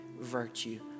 virtue